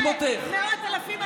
תראה את המ"פים,